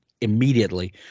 immediately